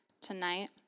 tonight